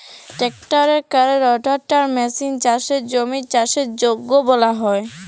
ট্রাক্টরে ক্যরে রোটাটার মেসিলে চাষের জমির চাষের যগ্য বালাল হ্যয়